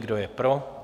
Kdo je pro?